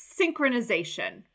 synchronization